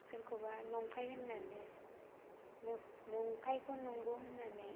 सोरखौबा नंखाय होन्नानै नंखायखौ नंगौ होन्नानै